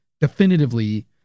definitively